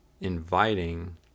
inviting